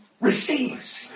Receives